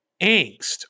angst